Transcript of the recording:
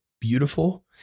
beautiful